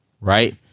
right